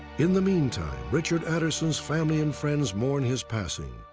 in the meantime, richard aderson's family and friends mourn his passing,